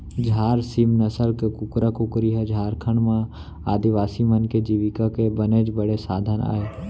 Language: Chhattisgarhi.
झार सीम नसल के कुकरा कुकरी ह झारखंड म आदिवासी मन के जीविका के बनेच बड़े साधन अय